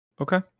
Okay